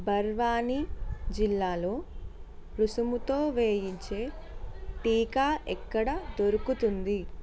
బర్వాణి జిల్లాలో రుసుముతో వేయించే టీకా ఎక్కడ దొరుకుతుంది